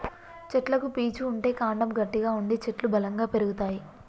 చెట్లకు పీచు ఉంటే కాండము గట్టిగా ఉండి చెట్లు బలంగా పెరుగుతాయి